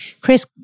Chris